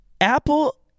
Apple